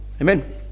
Amen